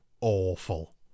awful